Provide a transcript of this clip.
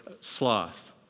sloth